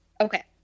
Okay